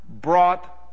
brought